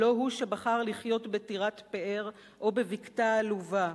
לא הוא שבחר לחיות בטירת פאר או בבקתה עלובה,